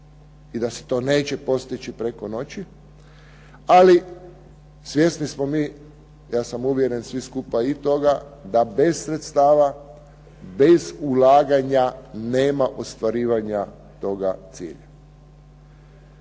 i da se to neće postići preko noći, ali svjesni smo mi ja sam uvjeren svi skupa i toga da bez sredstava, bez ulaganja nema ostvarivanja toga cilja,